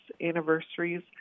anniversaries